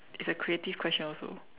it's a creative question also